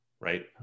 Right